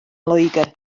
loegr